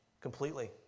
completely